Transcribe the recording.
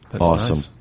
Awesome